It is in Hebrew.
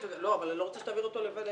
לא, אבל אני לא רוצה שתעביר אותו לוועדה.